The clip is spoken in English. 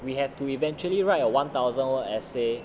we have to eventually right a one thousand word essay